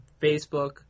Facebook